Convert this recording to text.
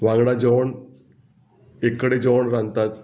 वांगडा जेवण एक कडेन जेवण रांदतात